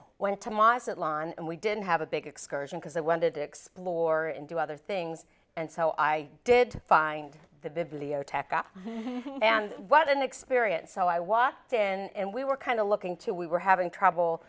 went to my salon and we didn't have a big excursion because i wanted to explore and do other things and so i did find the biblio tech and what an experience so i walked in and we were kind of looking to we were having trouble